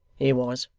he was.